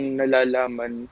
nalalaman